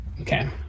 Okay